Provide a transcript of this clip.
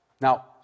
Now